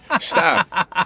Stop